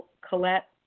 Colette